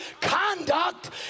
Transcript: Conduct